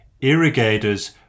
Irrigators